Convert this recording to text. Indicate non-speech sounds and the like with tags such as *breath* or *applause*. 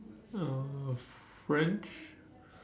uh *breath* French